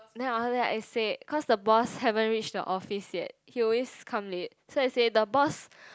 then after that I said cause the boss haven't reach the office yet he always come late so I say the boss